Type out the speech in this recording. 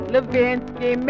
Levinsky